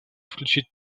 включить